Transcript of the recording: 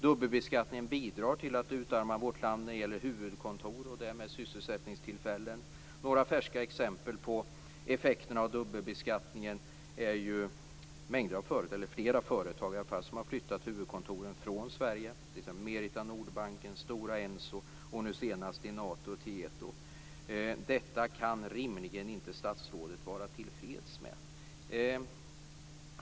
Dubbelbeskattningen bidrar till att utarma vårt land när det gäller huvudkontor och därmed sysselsättningstillfällen. Några färska exempel på effekten av dubbelbeskattningen är att flera företag har flyttat huvudkontoren från Sverige, däribland Merita Nordbanken, Stora Enso och nu senast Enator Tieto. Detta kan statsrådet rimligen inte vara tillfreds med.